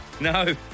no